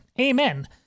Amen